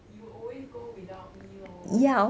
you will always go without me lor